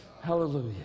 Hallelujah